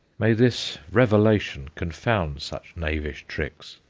may this revelation confound such knavish tricks!